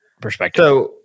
perspective